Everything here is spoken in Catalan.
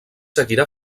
seguirà